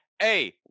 hey